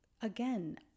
again